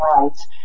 rights